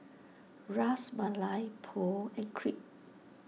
Ras Malai Po and Crepe